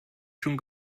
schon